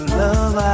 love